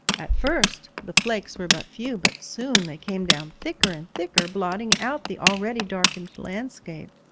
at first the flakes were but few, but soon they came down thicker and thicker, blotting out the already darkened landscape.